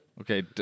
Okay